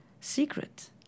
secret